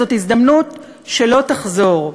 זאת הזדמנות שלא תחזור.